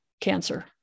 cancer